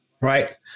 right